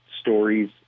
stories